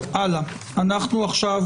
אנחנו עכשיו